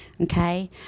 okay